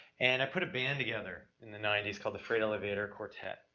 and i put a band together in the nineties called the freight elevator quartet.